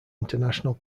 international